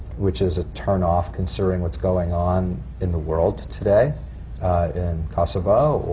which is a turn-off, considering what's going on in the world today in kosovo.